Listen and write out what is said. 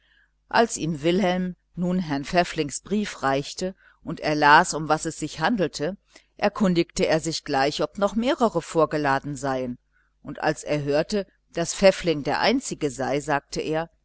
als ihm wilhelm nun herrn pfäfflings brief reichte und er las um was es sich handelte erkundigte er sich gleich ob noch mehrere vorgeladen seien und als er hörte daß pfäffling der einzige sei sagte er